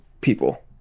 people